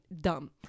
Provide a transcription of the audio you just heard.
dumb